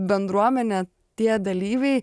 bendruomenė tie dalyviai